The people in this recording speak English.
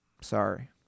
Sorry